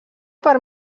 per